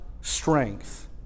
strength